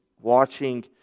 watching